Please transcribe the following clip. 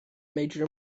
major